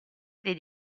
dei